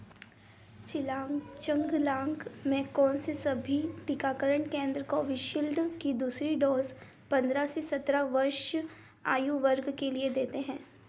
जिलाचांगलांग में कौनसे सभी टीकाकरण केंद्र कोविशील्ड की दूसरी डोज़ पंद्रह से सत्रह वर्ष आयु वर्ग के लिए देते हैं